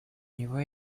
него